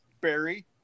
Barry